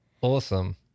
Awesome